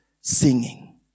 singing